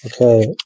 Okay